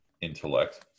intellect